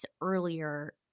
earlier